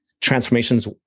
transformations